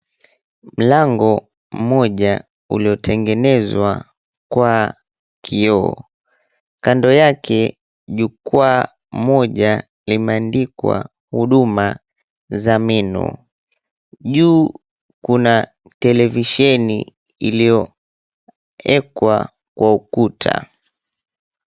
Mlango mmoja uliotengenezwa kwa kioo, kando yake jukwaa moja imeandikwa huduma za meno, juu kuna televisheni iliyowekwa kwa ukuta.